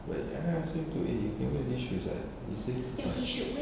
but I I ask him to eh never wear this shoes [what] he says what